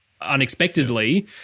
unexpectedly